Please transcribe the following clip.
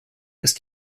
ist